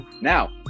Now